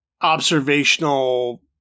observational